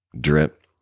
drip